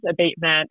abatement